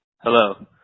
hello